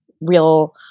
real